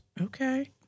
Okay